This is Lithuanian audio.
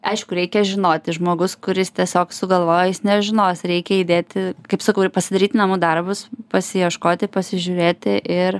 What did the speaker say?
aišku reikia žinoti žmogus kuris tiesiog sugalvojo jis nežinos reikia įdėti kaip sakau ir pasidaryt namų darbus pasiieškoti pasižiūrėti ir